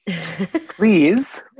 please